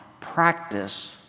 Practice